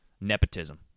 nepotism